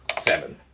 Seven